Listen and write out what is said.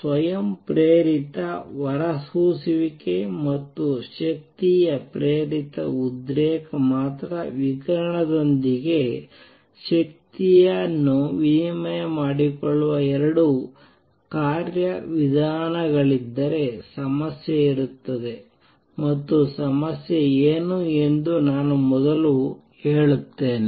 ಸ್ವಯಂಪ್ರೇರಿತ ಹೊರಸೂಸುವಿಕೆ ಮತ್ತು ಶಕ್ತಿಯ ಪ್ರೇರಿತ ಉದ್ರೇಕ ಮಾತ್ರ ವಿಕಿರಣದೊಂದಿಗೆ ಶಕ್ತಿಯನ್ನು ವಿನಿಮಯ ಮಾಡಿಕೊಳ್ಳುವ 2 ಕಾರ್ಯವಿಧಾನಗಳಾಗಿದ್ದರೆ ಸಮಸ್ಯೆ ಇರುತ್ತದೆ ಮತ್ತು ಸಮಸ್ಯೆ ಏನು ಎಂದು ನಾನು ಮೊದಲು ಹೇಳುತ್ತೇನೆ